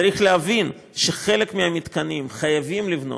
צריך להבין שחלק מהמתקנים חייבים לבנות,